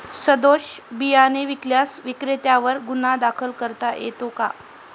सदोष बियाणे विकल्यास विक्रेत्यांवर गुन्हा दाखल करता येतो का?